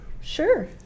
Sure